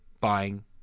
buying